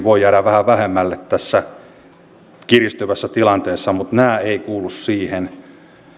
voi jäädä vähän vähemmälle tässä kiristävässä tilanteessa mutta nämä eivät kuulu siihen